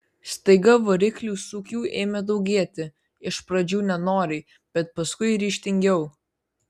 staiga variklių sūkių ėmė daugėti iš pradžių nenoriai bet paskui ryžtingiau